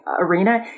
arena